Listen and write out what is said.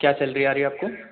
क्या सैलरी आ रही आपको